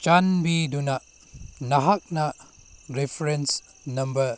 ꯆꯥꯟꯕꯤꯗꯨꯅ ꯅꯍꯥꯛꯅ reference number